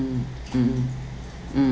mmhmm